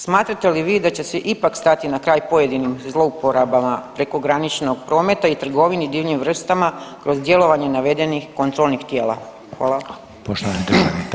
Smatrate li vi da će se ipak stati na kraj pojedinim zlouporabama prekograničnog prometa i trgovini divljim vrstama kroz djelovanje navedenih kontrolnih tijela?